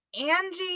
angie